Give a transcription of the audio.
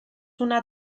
una